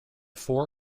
four